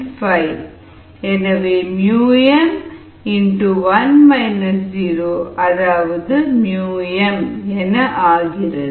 5m1 0m என ஆகிறது